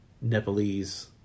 Nepalese